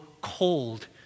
cold